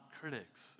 critics